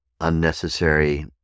unnecessary